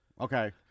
Okay